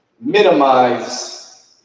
Minimize